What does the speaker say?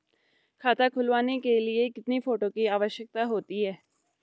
खाता खुलवाने के लिए कितने फोटो की आवश्यकता होती है?